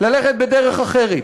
ללכת בדרך אחרת.